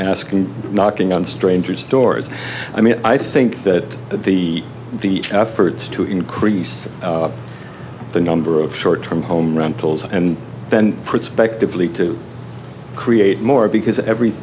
asking knocking on strangers doors i mean i think that the the efforts to increase the number of short term home rentals and then prospectively to create more because every